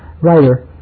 writer